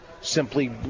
simply